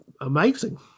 amazing